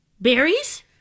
Berries